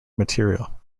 material